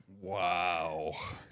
Wow